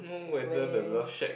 and where